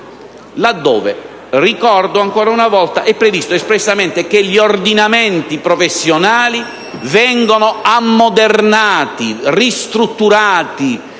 dove - ricordo ancora una volta -è previsto espressamente che gli ordinamenti professionali vengano ammodernati, ristrutturati,